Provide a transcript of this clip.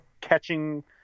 catching